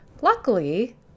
luckily